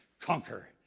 conquer